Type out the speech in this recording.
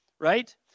right